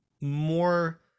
more